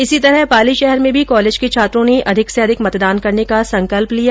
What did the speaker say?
इसी तरह पाली शहर में भी कॉलेज के छात्रों ने अधिक से अधिक मतदान करने का संकल्प लिया